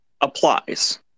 applies